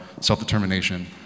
self-determination